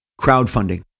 crowdfunding